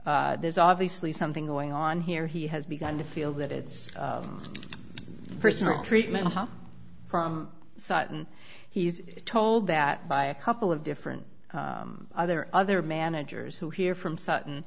there's obviously something going on here he has begun to feel that it's personal treatment from sutton he's told that by a couple of different other other managers who hear from sutton